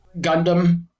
Gundam